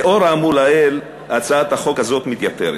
לאור האמור לעיל, הצעת החוק הזאת מתייתרת.